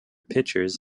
pitchers